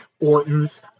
Ortons